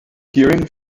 during